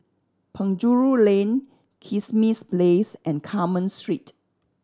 Penjuru Lane Kismis Place and Carmen Street